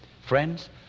friends